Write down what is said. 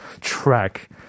track